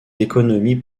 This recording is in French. d’économie